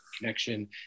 connection